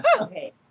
Okay